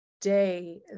day